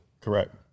Correct